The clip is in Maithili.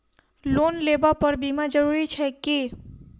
लोन लेबऽ पर बीमा जरूरी छैक की?